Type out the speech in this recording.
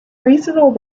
reasonable